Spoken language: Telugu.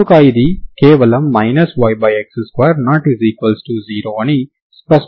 కనుక ఇది కేవలం yx2≠0 అని స్పష్టంగా చెప్పవచ్చు